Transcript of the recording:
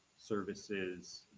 services